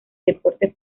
deportes